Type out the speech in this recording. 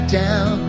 down